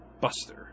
Buster